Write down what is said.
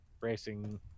Racing